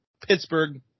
Pittsburgh